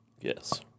Yes